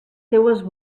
seues